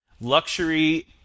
luxury